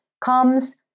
comes